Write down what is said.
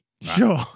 Sure